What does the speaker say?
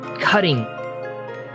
cutting